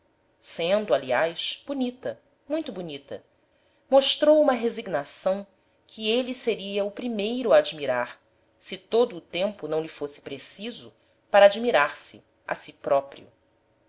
sendo aliás bonita muito bonita mostrou uma resignação que ele seria o primeiro a admirar se todo o tempo não lhe fosse preciso para admirar-se a si próprio